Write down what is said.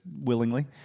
willingly